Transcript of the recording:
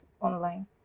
online